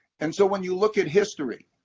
and so when you look at history,